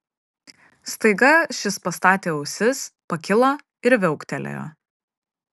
staiga šis pastatė ausis pakilo ir viauktelėjo